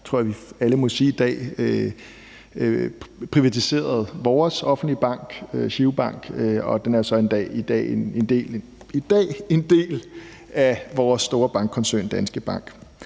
tror jeg vi alle i dag må sige – privatiserede vores offentlige bank, GiroBank, som så i dag er en del af vores store bankkoncern Danske Bank.